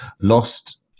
Lost